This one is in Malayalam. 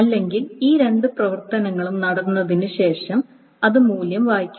അല്ലെങ്കിൽ ഈ രണ്ട് പ്രവർത്തനങ്ങളും നടന്നതിന് ശേഷം അത് മൂല്യം വായിക്കണം